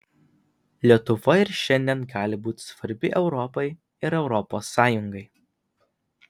lietuva ir šiandien gali būti svarbi europai ir europos sąjungai